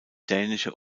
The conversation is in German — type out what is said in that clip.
dänische